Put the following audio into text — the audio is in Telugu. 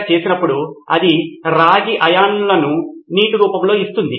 ప్రొఫెసర్ నేను మీ ఆలొచనలలో ఈ అంశాన్ని ఉంచనట్లు అనిపిస్తుంది కానీ ఇది నాకు వికీపీడియా అనిపిస్తుంది